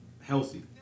healthy